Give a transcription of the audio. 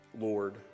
Lord